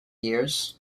years